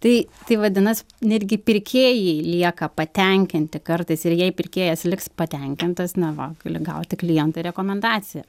tai tai vadinas netgi pirkėjai lieka patenkinti kartais ir jei pirkėjas liks patenkintas na va gali gauti klientui rekomendaciją